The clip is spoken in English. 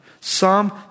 Psalm